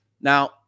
Now